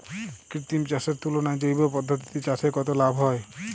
কৃত্রিম চাষের তুলনায় জৈব পদ্ধতিতে চাষে কত লাভ হয়?